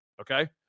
Okay